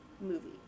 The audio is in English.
movie